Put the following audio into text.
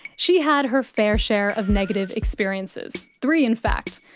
she had her fair share of negative experiences, three in fact.